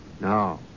No